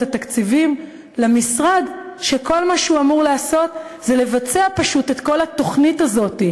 התקציבים למשרד שכל מה שהוא אמור לעשות זה לבצע פשוט את כל התוכנית הזאת?